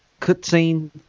Cutscene